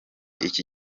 iki